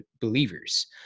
believers